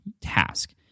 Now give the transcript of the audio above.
task